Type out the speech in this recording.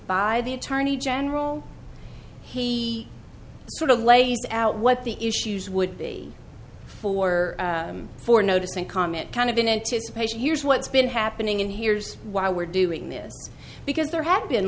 by the attorney general he sort of lays out why the issues would be four for notice and comment kind of in anticipation here's what's been happening in here's why we're doing this because there had been